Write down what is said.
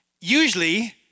Usually